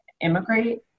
immigrate